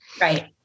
Right